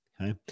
Okay